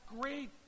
great